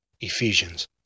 Ephesians